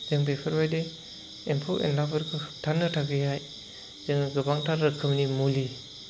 जों बेफोरबायदि एम्फौ एनलाफोरखौ होब्थानो थाखायहाय जोङो गोबांथार रोखोमनि मुलि